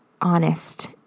honest